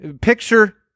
picture